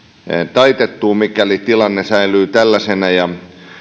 taitettua mikäli tilanne säilyy tällaisena ja